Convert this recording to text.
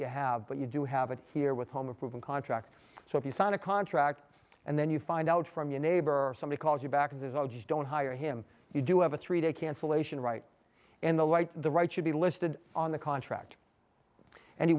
you have but you do have it here with home approval contracts so if you sign a contract and then you find out from your neighbor or somebody calls you back and says i'll just don't hire him you do have a three day cancellation right in the light the right should be listed on the contract and he